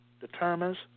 determines